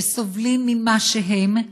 שסובלים ממה שהם,